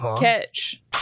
Catch